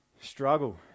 struggle